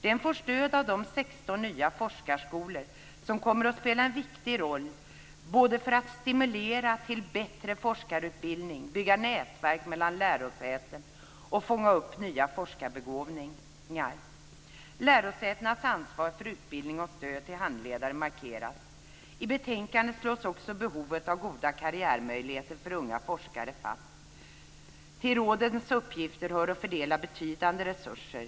Den får stöd av de 16 nya forskarskolor som kommer att spela en viktig roll för att stimulera till bättre forskarutbildning, att bygga nätverk och fånga upp nya forskarbegåvningar. Lärosätenas ansvar för utbildning och stöd till handledare markeras. I betänkandet slås också fast behovet av goda karriärmöjligheter för unga forskare. Till rådens uppgifter hör att fördela betydande resurser.